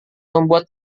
membuat